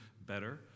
better